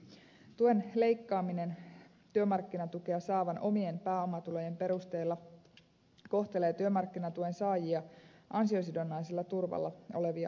tuen leikkaaminen työmarkkinatukea saavan omien pääomatulojen perusteella kohtelee työmarkkinatuen saajia ansiosidonnaisella turvalla olevia ankarammin